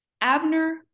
Abner